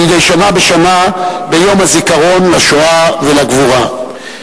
מדי שנה בשנה ביום הזיכרון לשואה ולגבורה.